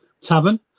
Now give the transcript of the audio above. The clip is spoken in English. tavern